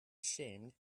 ashamed